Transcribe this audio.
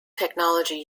technology